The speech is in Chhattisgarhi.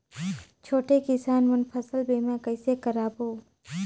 छोटे किसान मन फसल बीमा कइसे कराबो?